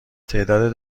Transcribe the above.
تعداد